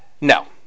No